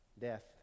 death